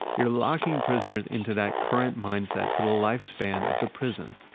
you're locking prisoners into that current mindset for the lifespan of the prison.